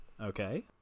Okay